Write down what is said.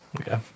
Okay